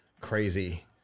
crazy